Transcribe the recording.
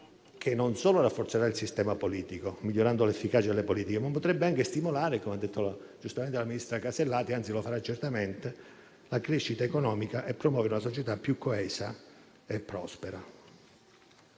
che non solo rafforzerà il sistema politico, migliorandone l'efficacia, ma potrebbe anche, come ha detto giustamente la ministra Alberti Casellati, anzi lo farà certamente, stimolare la crescita economica e promuovere una società più coesa e prospera.